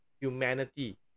humanity